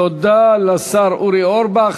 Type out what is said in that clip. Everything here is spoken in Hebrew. תודה לשר אורי אורבך.